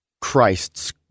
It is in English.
Christ's